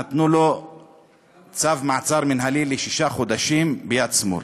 נתנו לו צו מעצר מינהלי לשישה חודשים ביד שמאל.